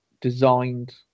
designed